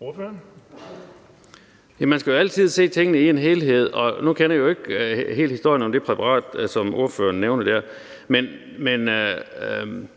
Larsen (KF): Man skal jo altid se tingene i en helhed. Nu kender jeg ikke helt historien om det præparat, som ordføreren nævner der, men